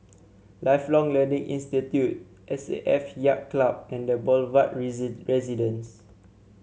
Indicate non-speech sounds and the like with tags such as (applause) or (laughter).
Lifelong Learning Institute S A F Yacht Club and The Boulevard (unintelligible) Residence